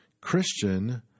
Christian